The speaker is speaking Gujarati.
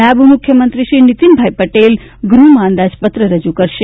નાયબ મુખ્યમંત્રી શ્રી નિતિન પટેલ ગૃહમાં અંદાજપત્ર રજુ કરશે